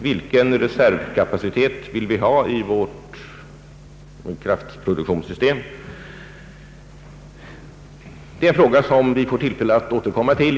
Vilken reservkapacitet vill vi ha i vårt kraftproduktionssystem? Det är en fråga som vi får tillfälle att återkomma till.